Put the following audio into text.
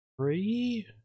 three